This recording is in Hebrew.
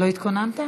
ככל שעובר הזמן,